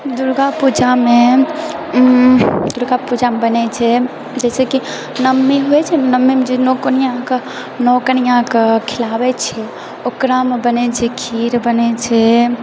दुर्गापूजामे दुर्गापूजामे बनै छै जैसेकी नओमी होइ छै ने नओमीमे जे नओ कन्याके नओ कन्याके खिलाबै छै ओकरामे बनै छै खीर बनै छै